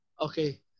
Okay